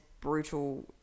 brutal